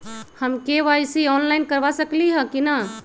हम KYC online करवा सकली ह कि न?